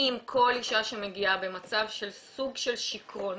האם כל אישה שמגיעה במצב של סוג של שכרון,